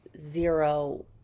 zero